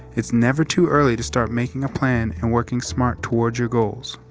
it's never too early to start making a plan and working smart toward your goals.